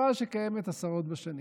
תופעה שקיימת עשרות בשנים.